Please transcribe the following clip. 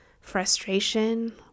frustration